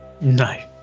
No